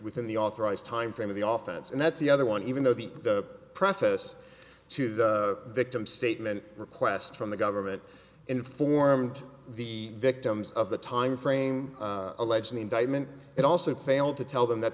within the authorized time frame of the off and that's the other one even though the process to the victim statement request from the government informed the victims of the time frame alleged an indictment and also failed to tell them that